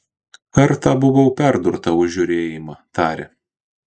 kartą buvau perdurta už žiūrėjimą tarė